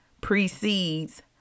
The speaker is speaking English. precedes